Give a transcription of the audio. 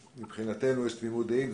שמבחינתנו יש תמימות דעים.